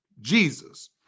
Jesus